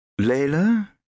Layla